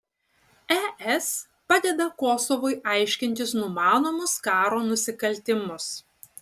es padeda kosovui aiškintis numanomus karo nusikaltimus